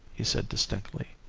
he said distinctly.